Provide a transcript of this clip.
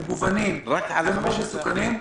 מגוונים ומאוד מסוכנים,